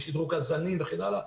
בשדרוג הזנים וכן הלאה,